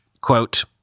Quote